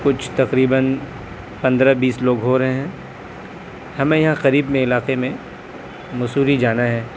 کچھ تقریباً پندرہ بیس لوگ ہو رہے ہیں ہمیں یہاں قریب میں علاقے میں مسوری جانا ہے